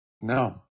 No